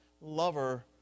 lover